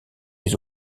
les